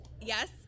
yes